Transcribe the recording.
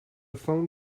phone